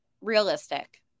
realistic